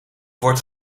word